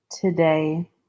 today